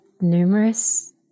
numerous